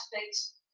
aspects